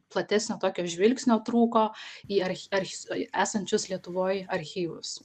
platesnio tokio žvilgsnio trūko į arch esančius lietuvoj archyvus